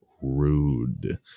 rude